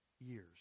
years